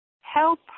help